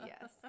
Yes